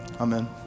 Amen